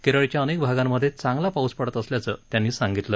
केरळच्या अनेक भागांमध्ये चांगला पाऊस पडत असल्याचं त्यांनी सांगितलं